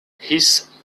his